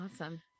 Awesome